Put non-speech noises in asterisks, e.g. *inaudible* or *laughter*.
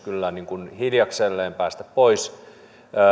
*unintelligible* kyllä hiljakselleen päästä pois